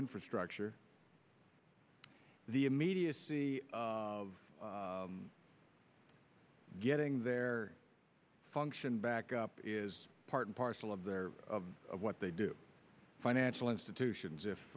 infrastructure the immediacy of getting their function back up is part and parcel of their of what they do financial institutions